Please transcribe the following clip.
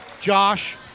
Josh